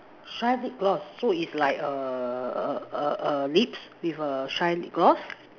shine lip gloss so it's like a a a a lips with a shine lip gloss